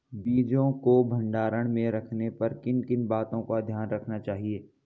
बीजों को भंडारण में रखने पर किन किन बातों को ध्यान में रखना चाहिए?